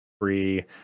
free